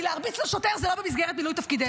כי להרביץ לשוטר זה לא במסגרת מילוי תפקידנו.